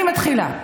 אני מתחילה.